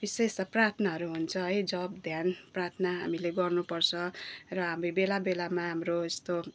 विशेष त प्रार्थनाहरू हुन्छ है जप ध्यान प्रार्थना हामीले गर्नुपर्छ र हामी बेला बेलामा हाम्रो यस्तो